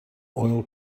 oil